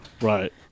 right